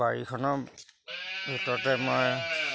বাৰীখনৰ ভিতৰতে মই